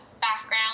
background